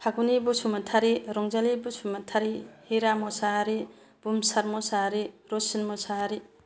Phaguni Basumatary Ranjali Basumatary Hira Mushahary Bhumsar Mushahary Rasin Mushahary